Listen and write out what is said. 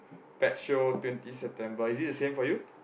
pet show twenty September is it the same for you